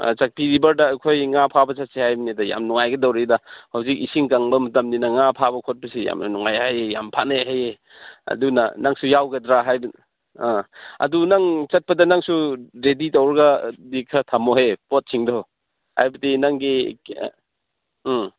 ꯆꯥꯛꯄꯤ ꯔꯤꯕꯔꯗ ꯑꯩꯈꯣꯏ ꯉꯥ ꯐꯥꯕ ꯆꯠꯁꯦ ꯍꯥꯏꯕꯅꯤꯗ ꯌꯥꯝ ꯅꯨꯡꯉꯥꯏꯒꯗꯧꯔꯤꯗ ꯍꯧꯖꯤꯛ ꯏꯁꯤꯡ ꯀꯪꯕ ꯃꯇꯝꯅꯤꯅ ꯉꯥ ꯐꯥꯕ ꯈꯣꯠꯄꯁꯤ ꯌꯥꯝꯅ ꯅꯨꯡꯉꯥꯏ ꯍꯥꯏꯌꯦ ꯌꯥꯝ ꯐꯥꯅꯩ ꯍꯥꯏꯌꯦ ꯑꯗꯨꯅ ꯅꯪꯁꯨ ꯌꯥꯎꯒꯗ꯭ꯔꯥ ꯑꯥ ꯑꯗꯨ ꯅꯪ ꯆꯠꯄꯗ ꯅꯪꯁꯨ ꯔꯦꯗꯤ ꯇꯧꯔꯒꯗꯤ ꯈꯔ ꯊꯝꯃꯣꯍꯦ ꯄꯣꯠꯁꯤꯡꯗꯣ ꯍꯥꯏꯕꯗꯤ ꯅꯪꯒꯤ ꯎꯝ